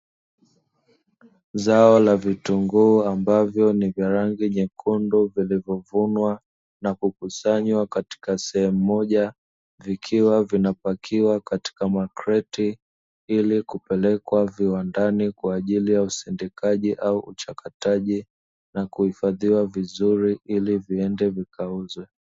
Zao la vitunguu ambavyo ni vya rangi nyekundu vilivyo vunwa na kukusanywa katika sehemu moja, vikiwa vinapakiwa katika makreti, ili kupelekwa viwandani kwa ajili ya usindikaji au uchakataji, na kuhifadhiwa vizuri ili viende vikauzwe.